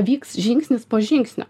vyks žingsnis po žingsnio